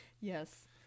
Yes